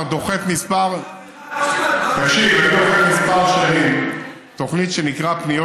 כבר דוחף כמה שנים תוכנית שנקראת: פניות